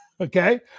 Okay